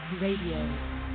Radio